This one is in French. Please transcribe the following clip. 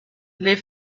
les